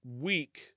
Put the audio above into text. week